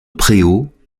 préaux